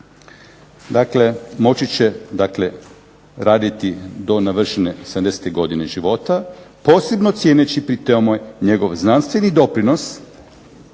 dakle moći će dakle raditi do navršene 70 godine života posebno cijeneći pri tome njegov znanstveni doprinos,